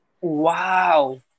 Wow